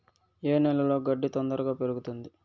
ఏ నేలలో గడ్డి తొందరగా పెరుగుతుంది